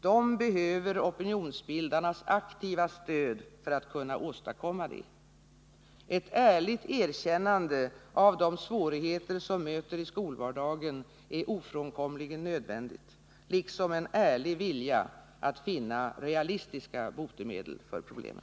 De behöver opinionsbildarnas aktiva stöd för att kunna åstadkomma detta. Ett ärligt erkännande av de svårigheter som möter i skolvardagen är ofrånkomligen nödvändigt, liksom en ärlig vilja att finna realistiska botemedel för problemen.